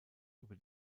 über